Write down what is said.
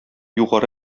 югары